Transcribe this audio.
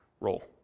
role